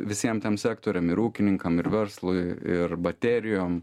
visiem tiem sektoriam ir ūkininkam ir verslui ir baterijom